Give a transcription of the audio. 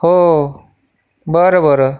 हो बरं बरं